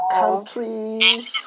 countries